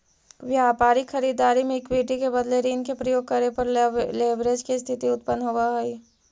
व्यापारिक खरीददारी में इक्विटी के बदले ऋण के प्रयोग करे पर लेवरेज के स्थिति उत्पन्न होवऽ हई